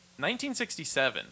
1967